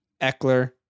Eckler